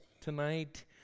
tonight